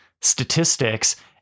statistics